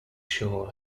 sure